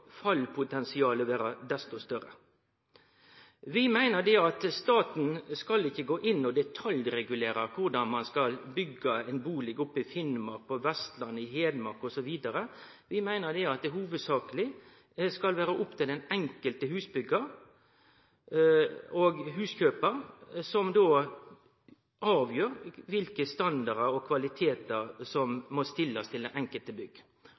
fallpotensialet vere desto større. Vi meiner at staten ikkje skal gå inn og detaljregulere korleis ein skal byggje ein bustad oppe i Finnmark, på Vestlandet, i Hedmark osv. Vi meiner at det i hovudsak skal vere opp til den enkelte husbyggjar og huskjøpar å avgjere kva for standardar og kvalitetar ein skal stille til det enkelte bygg.